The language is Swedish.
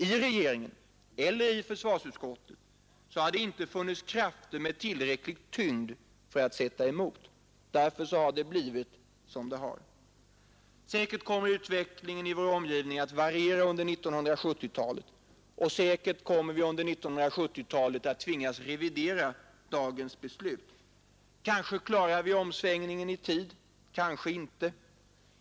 I regeringen eller i försvarsutskottet har det inte funnits krafter med tillräcklig tyngd för att sätta emot. Därför har det blivit som det har. Säkert kommer utvecklingen i vår omgivning att variera, och säkert kommer vi under 1970-talet att tvingas revidera dagens beslut. Kanske klarar vi omsvängningen i tid, kanske inte.